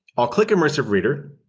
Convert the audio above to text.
i'll click immersive reader.